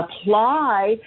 apply